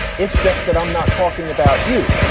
it's just that i'm not talking about you.